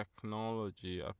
technology